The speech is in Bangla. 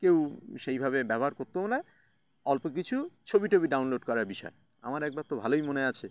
কেউ সেইভাবে ব্যবহার করতেও না অল্প কিছু ছবি টবি ডাউনলোড করা বিষয় আমার একবার তো ভালোই মনে আছে